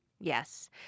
Yes